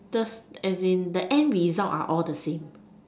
the as in the end result are all the same